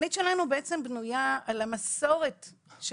התוכנית שלנו בעצם בנויה על המסורת של